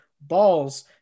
balls